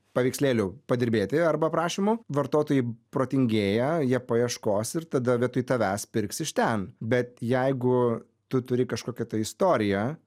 paveikslėlių padirbėti arba aprašymų vartotojai protingėja jie paieškos ir tada vietoj tavęs pirks iš ten bet jeigu tu turi kažkokią tai istoriją